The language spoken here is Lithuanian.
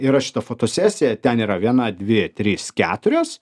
yra šita fotosesija ten yra viena dvi trys keturios